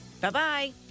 Bye-bye